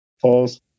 False